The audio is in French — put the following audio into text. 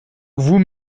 vous